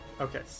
Okay